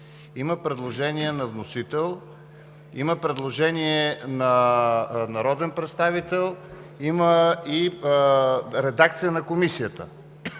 има предложение на вносител, има предложение на народен представител, има и редакция на Комисията.